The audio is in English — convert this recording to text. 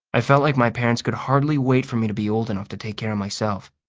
i've felt like my parents could hardly wait for me to be old enough to take care of myself.